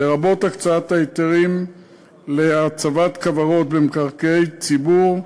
לרבות הקצאת ההיתרים להצבת קרקעות במקרקעי ציבור,